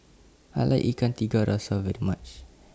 I like Ikan Tiga Rasa very much